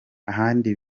ahandi